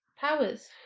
powers